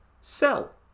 sell